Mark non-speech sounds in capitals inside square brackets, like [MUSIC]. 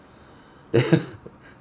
[LAUGHS]